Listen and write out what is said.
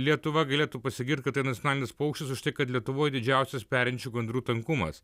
lietuva galėtų pasigirt kad tai nacionalinis paukštis už tai kad lietuvoj didžiausias perinčių gandrų tankumas